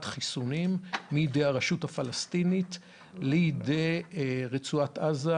חיסונים מידי הרשות הפלסטינית לרצועת עזה,